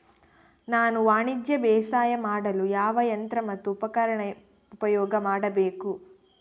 ನಾನು ವಾಣಿಜ್ಯ ಬೇಸಾಯ ಮಾಡಲು ಯಾವ ಯಂತ್ರ ಮತ್ತು ಉಪಕರಣ ಉಪಯೋಗ ಮಾಡಬೇಕು?